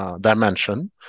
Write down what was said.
dimension